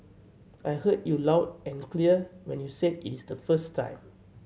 I heard you loud and clear when you said it is the first time